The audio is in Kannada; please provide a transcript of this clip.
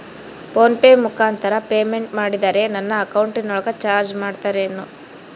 ಫೋನ್ ಪೆ ಮುಖಾಂತರ ಪೇಮೆಂಟ್ ಮಾಡಿದರೆ ನನ್ನ ಅಕೌಂಟಿನೊಳಗ ಚಾರ್ಜ್ ಮಾಡ್ತಿರೇನು?